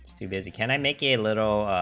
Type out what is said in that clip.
to visit can i make a little